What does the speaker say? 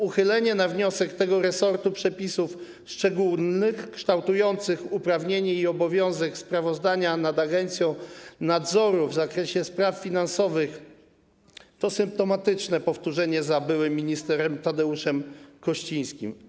Uchylenie na wniosek tego resortu przepisów szczególnych kształtujących uprawnienie i obowiązek sprawozdania nad agencją nadzoru w zakresie spraw finansowych to symptomatyczne powtórzenie za byłym ministrem Tadeuszem Kościńskim.